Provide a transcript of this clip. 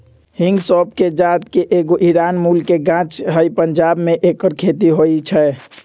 हिंग सौफ़ कें जात के एगो ईरानी मूल के गाछ हइ पंजाब में ऐकर खेती होई छै